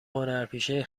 هنرپیشه